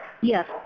Yes